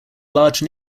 large